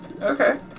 Okay